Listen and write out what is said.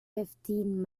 fifteen